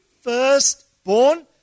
firstborn